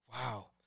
wow